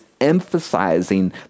emphasizing